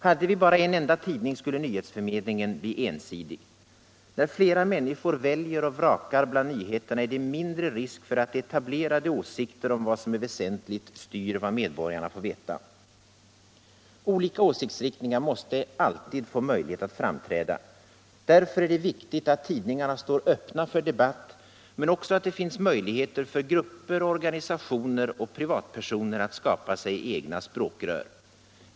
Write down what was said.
Hade vi bara en enda tidning skulle nyhetsförmedlingen bli ensidig. När flera människor väljer och vrakar bland nyheterna är det mindre risk för att etablerade åsikter om vad som är väsentligt styr vad medborgarna får veta. Olika åsiktsriktningar måste alltid få möjlighet att framträda. Därför är det viktigt att tidningarna står öppna för debatt, men också att det finns möjligheter för grupper, organisationer och privatpersoner att skapa sig egna språkrör.